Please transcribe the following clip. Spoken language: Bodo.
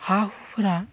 हा हुफोरा